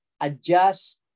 adjust